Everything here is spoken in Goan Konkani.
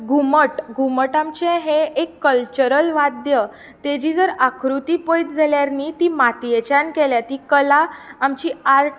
घुमट घुमट आमचें हें एक कल्चरल वाद्य तेजी जर आकृती पळयत जाल्यार न्ही ती मातयेच्यान केल्या ती कला आमची आर्ट